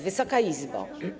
Wysoka Izbo!